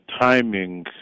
timing